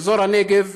באזור הנגב,